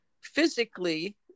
physically